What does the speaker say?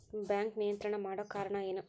Bank ನಿಯಂತ್ರಣ ಮಾಡೊ ಕಾರ್ಣಾ ಎನು?